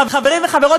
חברים וחברות,